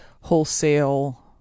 wholesale